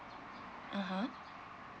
(uh huh)